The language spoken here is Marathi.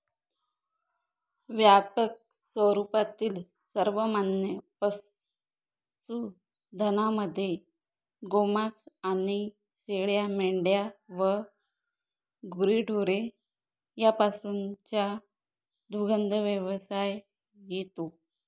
व्यापक स्वरूपातील सर्वमान्य पशुधनामध्ये गोमांस आणि शेळ्या, मेंढ्या व गुरेढोरे यापासूनचा दुग्धव्यवसाय येतो